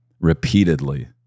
repeatedly